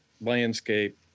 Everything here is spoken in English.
landscape